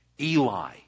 Eli